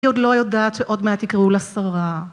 היא עוד לא יודעת שעוד מה תקראו לשרה.